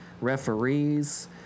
referees